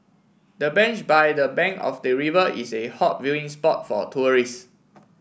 the bench by the bank of the river is a hot viewing spot for tourist